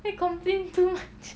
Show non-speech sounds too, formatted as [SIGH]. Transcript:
mine complain too much [LAUGHS]